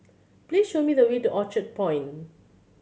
please show me the way to Orchard Point